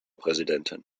präsidentin